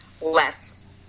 less